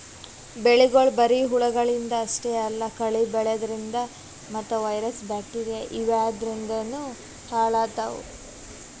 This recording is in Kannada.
ಬೆಳಿಗೊಳ್ ಬರಿ ಹುಳಗಳಿಂದ್ ಅಷ್ಟೇ ಅಲ್ಲಾ ಕಳಿ ಬೆಳ್ಯಾದ್ರಿನ್ದ ಮತ್ತ್ ವೈರಸ್ ಬ್ಯಾಕ್ಟೀರಿಯಾ ಇವಾದ್ರಿನ್ದನೂ ಹಾಳಾತವ್